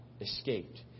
escaped